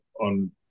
on